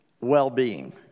well-being